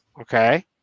okay